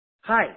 Hi